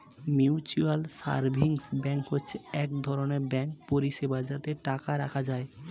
mutual savings bank হচ্ছে এক ধরনের ব্যাঙ্কিং পরিষেবা যাতে টাকা রাখা যায়